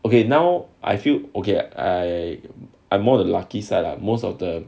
okay now I feel okay I I more the lucky side lah most of the